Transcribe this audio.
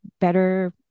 better